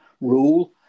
rule